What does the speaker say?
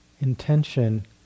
intention